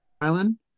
Island